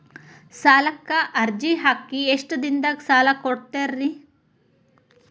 ಸಾಲಕ ಅರ್ಜಿ ಹಾಕಿ ಎಷ್ಟು ದಿನದಾಗ ಸಾಲ ಕೊಡ್ತೇರಿ?